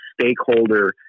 stakeholder